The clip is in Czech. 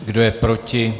Kdo je proti?